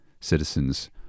citizens